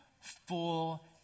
Full